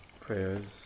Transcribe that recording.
prayers